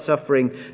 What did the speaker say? suffering